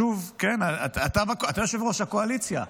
שוב ------ כן, אתה יושב-ראש הקואליציה.